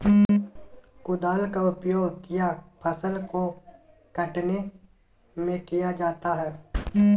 कुदाल का उपयोग किया फसल को कटने में किया जाता हैं?